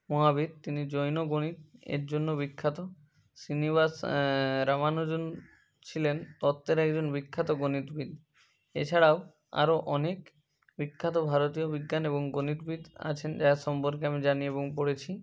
মহাবীর তিনি জৈন গণিত এর জন্য বিখ্যাত শ্রীনিবাস রামানুজন ছিলেন তত্ত্বের একজন বিখ্যাত গণিতবিদ এছাড়াও আরও অনেক বিখ্যাত ভারতীয় বিজ্ঞান এবং গণিতবিদ আছেন যার সম্পর্কে আমি জানি এবং পড়েছি